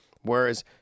Whereas